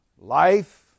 life